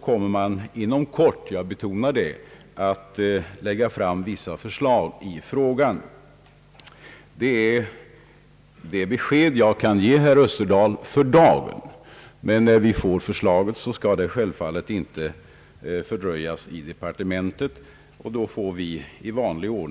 kommer man inom kort — jag betonar det — att lägga fram vissa förslag. Det är det besked jag kan ge herr Österdahl för dagen. När förslaget kommit in till departementet, skall det självfallet inte fördröjas där, utan det kommer att prövas i vanlig ordning.